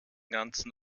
ganzen